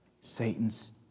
Satan's